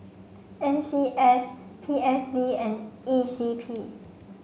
N C S P S D and E C P